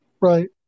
Right